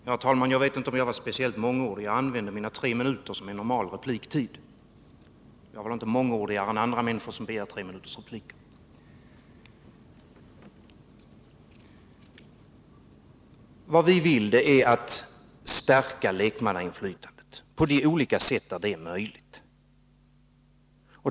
Herr talman! Jag vet inte om jag var speciellt mångordig. Jag använde tre minuter för mitt inlägg, vilket motsvarar tillåten repliktid. Därför var jag inte mångordigare än talare som begär och utnyttjar tre minuters replik. Vpk vill stärka lekmannainflytandet på de olika sätt som det är möjligt.